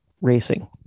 racing